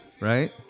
Right